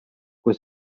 kui